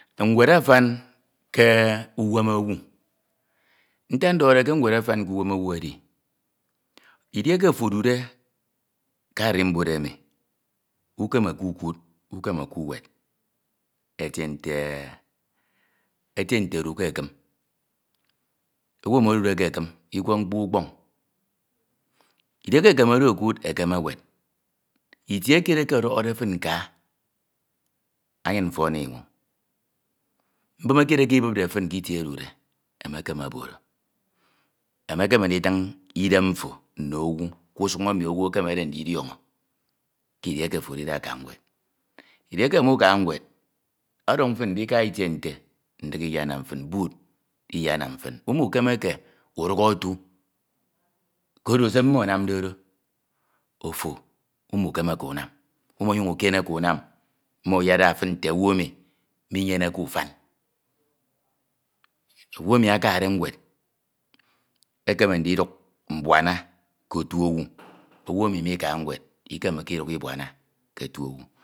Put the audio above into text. n̄wed atan k umen owu ntak ndọhọde ke ñwed afam kumem owu edi, idieke ofo odude ke arimbud emi ukeneke ukud ukeneke uwed etie nte, etie nte odu ke ekim owu emi odude ke ekim ikwe mkpo ukpọñ idieke ekemede okud, ekeme ewed itie kied eke ọdọhọde fin ka anyin mfo ana inwuñ mbine kied eke ibupde tin kitie odude emekeme oboro emekeme nditiñ idem mfo nno owu kusun emi owu ekemede ndidiọñọ idieke ofo edide aka ñwed ndieke mukaha ñwed ọdọñ fin bud iyenam fin, umukemu ke uduk otu koro se mmo anamde do, ofo umukemeke unam umunyeñ ukieneke unaw mmo enyeda fin nte owu emi mumyeneke ufan. Owu emi akade ñwed okade ñwed ekeme ndibuana ke otu owu, owu emi mikaha ñwed ikemeke iduk ibuana ktu owu.